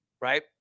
right